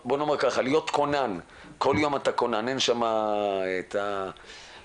כל יום אתה כונן, אין שם את החילופין.